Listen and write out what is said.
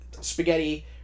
spaghetti